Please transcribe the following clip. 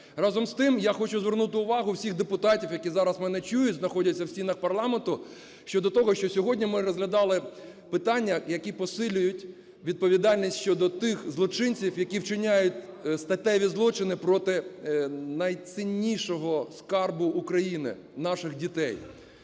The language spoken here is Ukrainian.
Разом з тим, я хочу звернути увагу всіх депутатів, які зараз мене чують, знаходяться в стінах парламенту, щодо того, що сьогодні ми розглядали питання, які посилюють відповідальність щодо тих злочинців, які вчиняють статеві злочини проти найціннішого скарбу України – наших дітей.